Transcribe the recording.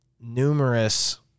numerous